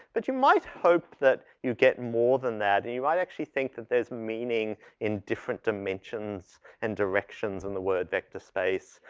but you might hope that you get more than that, and you might actually think that there's meaning in different dimensions and directions in the word vector space.